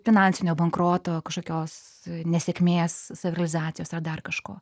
finansinio bankroto kažkokios nesėkmės savirealizacijos ar dar kažko